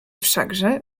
wszakże